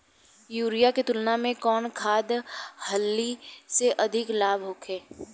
Urea के तुलना में कौन खाध खल्ली से अधिक लाभ होखे?